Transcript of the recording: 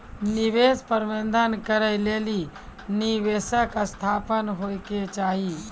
निवेश प्रबंधन करै लेली निवेशक संस्थान होय के चाहि